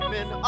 Men